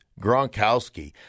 Gronkowski